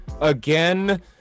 again